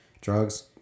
drugs